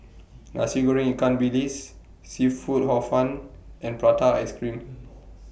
Nasi Goreng Ikan Bilis Seafood Hor Fun and Prata Ice Cream